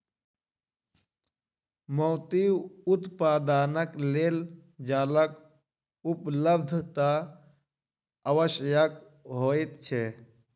मोती उत्पादनक लेल जलक उपलब्धता आवश्यक होइत छै